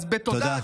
אז בתודה,